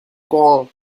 grand